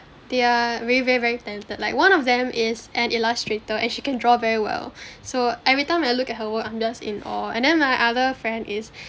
they are really very very talented like one of them is an illustrator and she can draw very well so every time when I look at her work I'm just in awe and then my other friend is